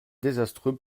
désastreux